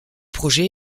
projet